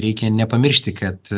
reikia nepamiršti kad